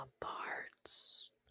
parts